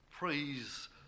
Praise